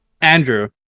Andrew